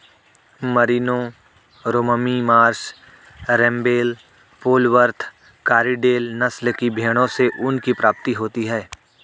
Merino, Romney Marsh, Rambouillet, Polwarth, Corriedale नस्ल की भेंड़ों से ऊन की प्राप्ति होती है